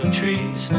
trees